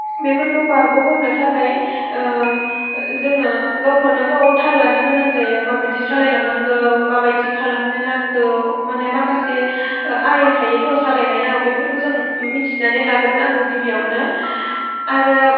बेफोरखौ बारग'होनो थाखाय जोङो गावखौनो गाव थाल लानो गोनां जायो माबादि सालायलांनांगौ माबादि खालामनो नांगौ माने माखासे आयेन थायोथ' सालायनायाव बेफोरखौ जों मिथिनानै लाग्रोनांगौ गिबियावनो आरो